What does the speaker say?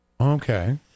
Okay